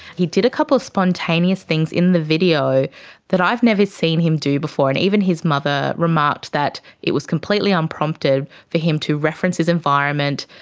he did a couple of spontaneous things in the video that i've never seen him do before, and even his mother remarked that it was completely unprompted for him to reference his environment,